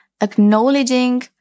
acknowledging